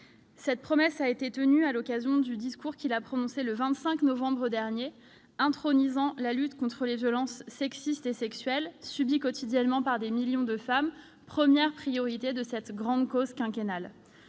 Cette promesse a été tenue dès le discours prononcé le 25 novembre dernier intronisant la lutte contre les violences sexistes et sexuelles subies quotidiennement par des millions de femmes comme première priorité de cette grande cause quinquennale.